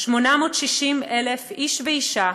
860,000 איש ואישה,